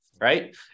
right